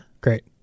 great